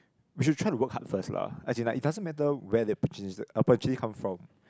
we should try to work hard first lah as in like it doesn't matter where the opportunity come from